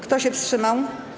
Kto się wstrzymał?